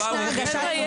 לא ------ חבר'ה,